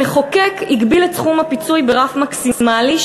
המחוקק הגביל את סכום הפיצוי ברף מקסימלי,